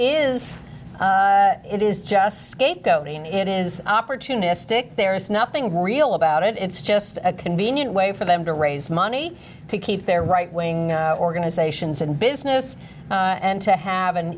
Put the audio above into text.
is it is just scapegoat it is opportunistic there is nothing real about it it's just a convenient way for them to raise money to keep their right wing organizations and business and to have an